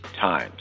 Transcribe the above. times